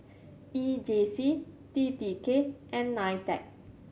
E J C T T K and NITEC